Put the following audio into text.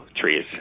trees